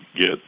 get